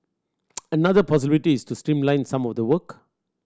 another possibility is to streamline some of the work